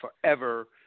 forever